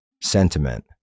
sentiment